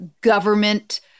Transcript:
government